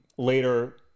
later